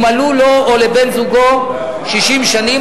ומלאו לו או לבן-זוגו 60 שנים,